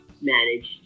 managed